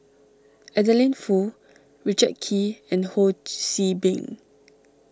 Adeline Foo Richard Kee and Ho See Beng